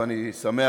אני שמח